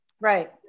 Right